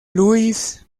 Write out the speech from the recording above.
louis